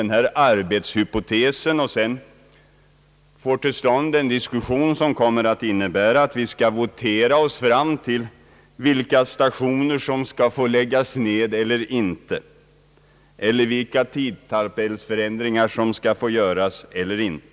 Det skulle betyda att vi fick till stånd en diskussion av den innebörden att vi skulle votera oss fram till vilka järnvägsstationer som skall läggas ned eller inte och vilka tidtabellsförändringar som skall genomföras.